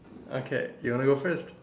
okay you want to go first